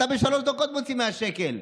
אתה בשלוש דקות מוציא 100 שקל.